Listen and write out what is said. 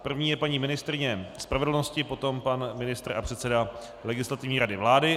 První je paní ministryně spravedlnosti, potom pan ministr a předseda Legislativní rady vlády.